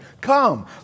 Come